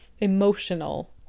emotional